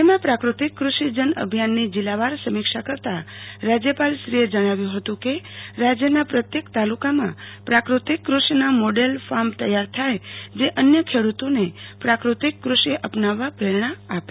રાજયમાં પાક્રતિક ક્રષિ જન અભિયાનનો જિલ્લાવાર સમીક્ષા કરતાં રાજયપાલ શ્રીએ જણાવ્યુ હતું કે રાજયના પ્રત્યેક તાલુકામાં પ્રાકૃતિક કષિના મોડેલ ફાર્મ તૈયાર થાય જે અન્ય ખેડૂતોને પ્રાકૃતિક કષિ અપનાવવા પરણા આપે